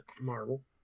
Marvel